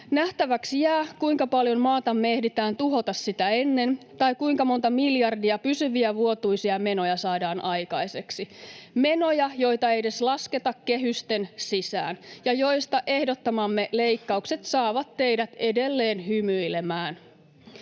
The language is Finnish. Nähtäväksi jää, kuinka paljon maatamme ehditään tuhota sitä ennen tai kuinka monta miljardia pysyviä vuotuisia menoja saadaan aikaiseksi, menoja, joita ei edes lasketa kehysten sisään ja joista ehdottamamme leikkaukset saavat teidät edelleen hymyilemään.